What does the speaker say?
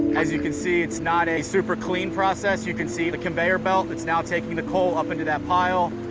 as you can see, it's not a super-clean process, you can see the conveyor belt that's now taking the coal up into that pile.